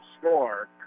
score